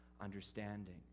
understanding